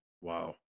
Wow